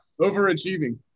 Overachieving